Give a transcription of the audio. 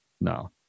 no